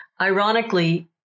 ironically